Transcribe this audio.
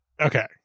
Okay